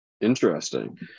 Interesting